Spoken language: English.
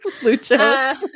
Lucha